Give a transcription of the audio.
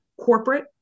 corporate